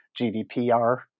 GDPR